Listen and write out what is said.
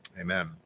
Amen